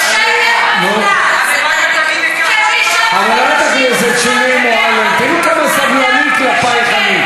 הלוואי שתגני על כל החיילים,